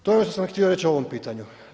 To je ono što sam htio reći o ovom pitanju.